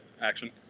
action